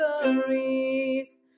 stories